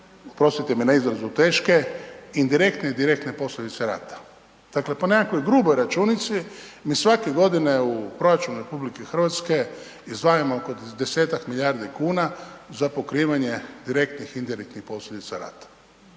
oprostite mi na izrazu, teške, indirektne i direktne posljedice rata. Dakle, po nekakvoj gruboj računici mi svake godine u proračun RH izdvajamo oko 10-tak milijardi kuna za pokrivanje direktnih i indirektnih posljedica rata.